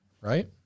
right